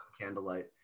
Candlelight